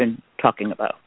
been talking about